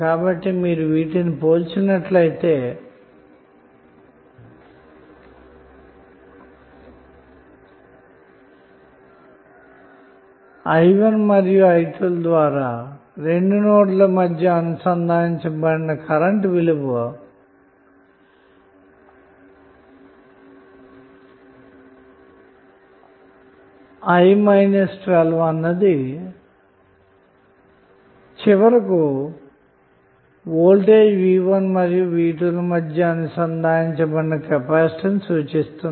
కాబట్టి మీరు వీటిని పోల్చినట్లయితే i1 మరియు i2 ల ద్వారా రెండు నోడ్ల మధ్య అనుసంధానించబడిన కరెంటు విలువ i1 మైనస్ i2 అన్నది చివరకు వోల్టేజ్ v1 మరియు v2 ల మధ్య అనుసంధానించబడిన కెపాసిటర్ ను సూచిస్తుంది